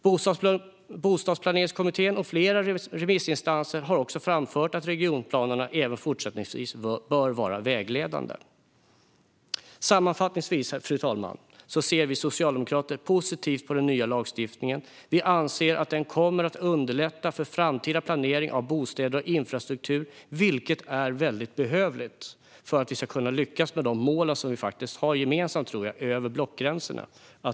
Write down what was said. Bostadsplaneringskommittén och flera remissinstanser har också framfört att regionplanerna även fortsättningsvis bör vara vägledande. Sammanfattningsvis, fru talman, ser vi socialdemokrater positivt på den nya lagstiftningen. Vi anser att den kommer att underlätta för framtida planering av bostäder och infrastruktur, vilket är väldigt behövligt för att vi ska lyckas uppnå de mål som jag tror att vi har gemensamt över blockgränserna.